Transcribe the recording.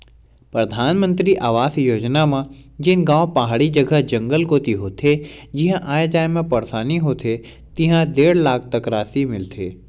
परधानमंतरी आवास योजना म जेन गाँव पहाड़ी जघा, जंगल कोती होथे जिहां आए जाए म परसानी होथे तिहां डेढ़ लाख तक रासि मिलथे